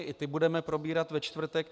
I ty budeme probírat ve čtvrtek.